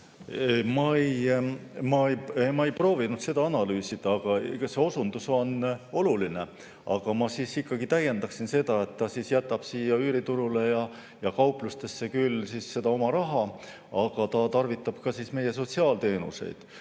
Ma ei proovinud seda analüüsida, aga see osundus on oluline, ja ma täiendaksin seda. Ta jätab siia üüriturule ja kauplustesse küll oma raha, aga ta tarvitab ka meie sotsiaalteenuseid.